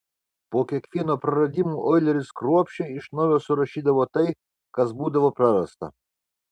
po kiekvieno praradimo oileris kruopščiai iš naujo surašydavo tai kas būdavo prarasta